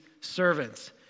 servants